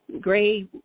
gray